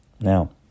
now